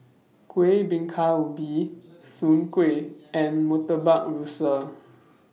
Kueh Bingka Ubi Soon Kueh and Murtabak Rusa